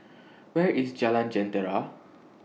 Where IS Jalan Jentera